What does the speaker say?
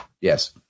Yes